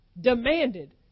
demanded